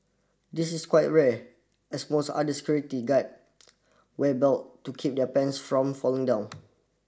this is quite rare as most other security guard wear belt to keep their pants from falling down